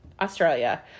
Australia